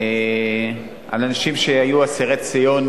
אסיר ציון